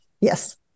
Yes